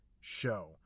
show